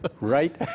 Right